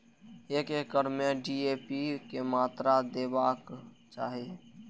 एक एकड़ में डी.ए.पी के मात्रा देबाक चाही?